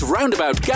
Roundabout